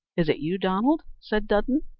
is it you, donald? said dudden.